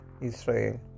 Israel